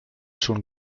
schon